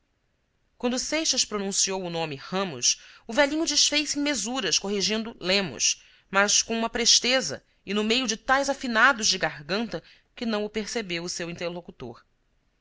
quando seixas pronunciou o nome ramos o velhinho desfez-se em mesuras corrigindo lemos mas com uma presteza e no meio de tais afinados de garganta que não o percebeu o seu interlocutor